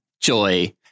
Joy